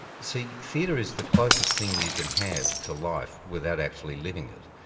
see, theatre is the closest thing you can have to life without actually living it.